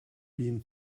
been